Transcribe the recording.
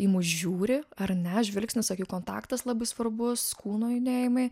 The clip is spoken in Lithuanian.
į mus žiūri ar ne žvilgsnis akių kontaktas labai svarbus kūno judėjimai